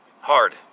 hard